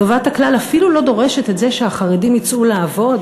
טובת הכלל אפילו לא דורשת את זה שהחרדים יצאו לעבוד,